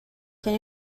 can